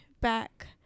back